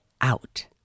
out